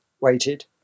waited